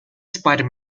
spider